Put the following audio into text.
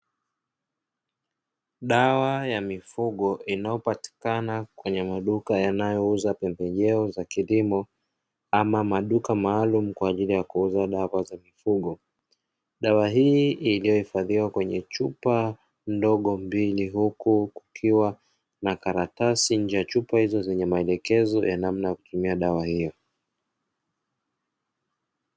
Dawa ya mifugo inayopatikana kwenye maduka yanayouza pembejeo za kilimo ama maduka maalumu kwa ajili ya kuuza dawa za mifugo. Dawa hii iliyohifadhiwa kwenye chupa ndogo mbili. Huku kukiwa na karatasi nje ya chupa zenye maelekezo ya namna ya kutumia dawa hiyo.